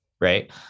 right